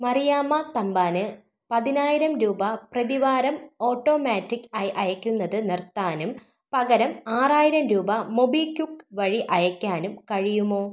മറിയാമ്മ തമ്പാന് പതിനായിരം രൂപ പ്രതിവാരം ഓട്ടോമാറ്റിക്ക് ആയി അയയ്ക്കുന്നത് നിർത്താനും പകരം ആറായിരം രൂപ മൊബിക്വിക്ക് വഴി അയയ്ക്കാനും കഴിയുമോ